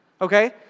okay